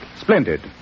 Splendid